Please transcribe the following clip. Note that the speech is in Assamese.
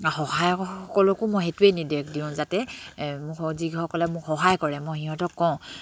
সহায়সকলকো মই সেইটোৱে নিৰ্দেশ দিওঁ যাতে মোক যিসকলে মোক সহায় কৰে মই সিহঁতক কওঁ